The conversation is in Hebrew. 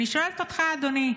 אני שואלת אותך, אדוני: